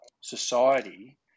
society